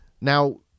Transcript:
Now-